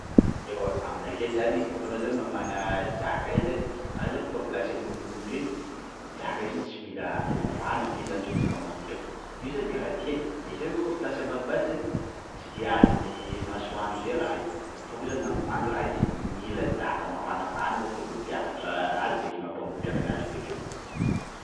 Ewa, aminakahy zany koafa anao zany mamana zaka reny, anao zany koa plasy ambonimbony reny, zaka io zany tsy mila atao mafana be zany tonga de efa mangotraka, io zany karaha ty ai, izy io zany koafa plasy ambanimbany zany tsy de azony masoandro zay raha io, donc zany mandomando raha io de mila zaka mafanafana zany zay vao mampiakatra nazy ndraiky mampangotraka anazy bakeo.